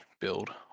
build